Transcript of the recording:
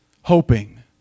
hoping